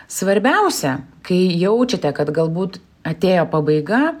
svarbiausia kai jaučiate kad galbūt atėjo pabaiga